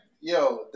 yo